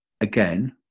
again